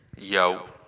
Yo